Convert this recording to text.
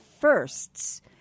firsts